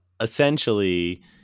essentially